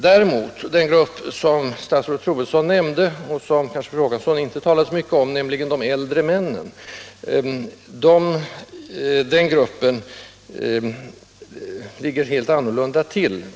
För en grupp däremot som statsrådet Troedsson nämnde, men som fru Håkansson inte talade så mycket om, nämligen de äldre männen, tror jag det ligger annorlunda till.